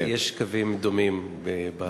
יש קווים דומים בתפקידים.